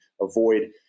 avoid